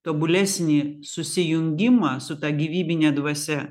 tobulesnį susijungimą su ta gyvybine dvasia